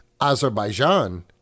Azerbaijan